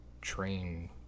train